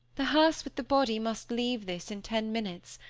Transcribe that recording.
the hearse with the body must leave this in ten minutes.